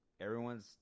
everyone's